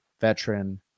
veteran